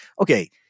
okay